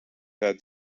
att